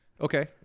Okay